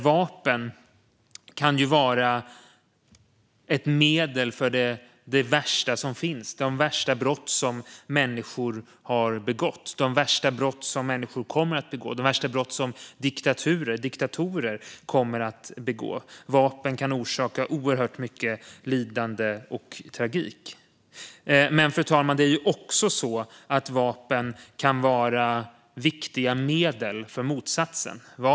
Vapen kan vara ett medel för det värsta som finns, för de värsta brott som människor har begått och kommer att begå, för de värsta brott som diktatorer kommer att begå. Vapen kan orsaka oerhört mycket lidande och tragik. Men vapen kan också vara viktiga medel för motsatsen, fru talman.